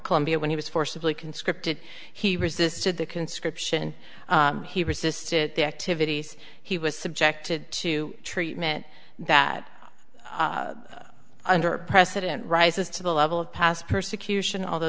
colombia when he was forcibly conscripted he resisted the conscription he resisted the activities he was subjected to treatment that under president rises to the level of past persecution although